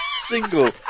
single